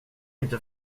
inte